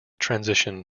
transition